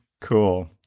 Cool